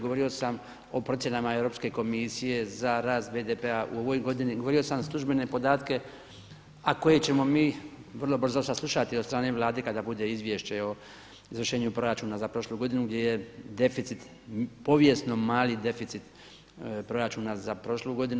Govorio sam o procjenama Europske komisije za rast BDP-a u ovoj godini, govorio sam službene podatke, a koje ćemo mi vrlo brzo saslušati od strane Vlade kada bude izvješće o izvršenju proračuna za prošlu godinu gdje je deficit povijesno mali deficit za prošlu godinu.